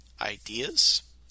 ideas